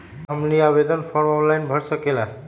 क्या हमनी आवेदन फॉर्म ऑनलाइन भर सकेला?